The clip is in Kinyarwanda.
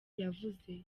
yavuze